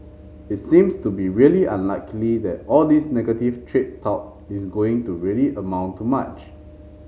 it seems to be really unlikely that all this negative trade talk is going to really amount to much